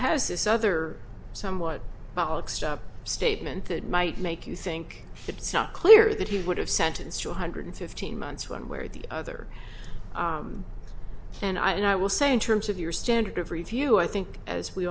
has this other somewhat statement that might make you think it's not clear that he would have sentenced to one hundred fifteen months one way or the other and i will say in terms of your standard of review i think as we